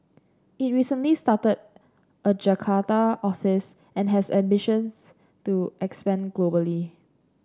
it recently started a Jakarta office and has ambitions to expand globally